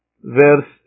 verse